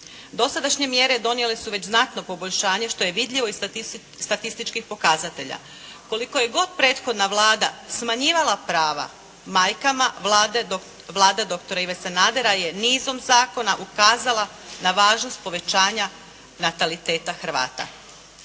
Dosadašnje mjere donijele su već znatno poboljšanje što je vidljivo iz statističkih pokazatelja. Koliko je god prethodna Vlada smanjivala prava majkama Vlada doktora Ive Sanadera je nizom zakona ukazala na važnost povećanja nataliteta Hrvata.